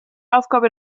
aufgabe